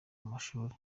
mashuri